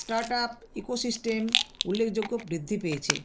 start up ecosystem উল্লেখযোগ্য বৃদ্ধি পেয়েছে